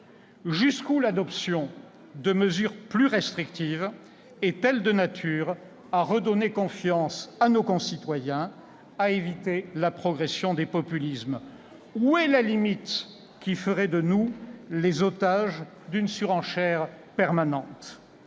quel point l'adoption de mesures plus restrictives est-elle de nature à redonner confiance à nos concitoyens et à éviter la progression des populismes ? Eh oui ! Où est la limite qui ferait de nous les otages d'une surenchère permanente ?